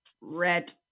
Red